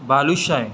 balushahi